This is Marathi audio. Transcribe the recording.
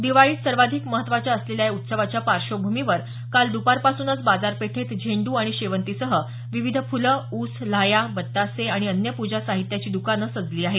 दिवाळीत सर्वाधिक महत्त्वाच्या असलेल्या या उत्सवाच्या पार्श्वभूमीवर काल द्पारपासूनच बाजारपेठेत झेंडू आणि शेवंतीसह विविध फुलं ऊस लाह्या बत्तासे आणि अन्य पूजा साहित्याची दकानं सजली आहेत